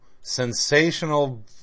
sensational